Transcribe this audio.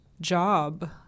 job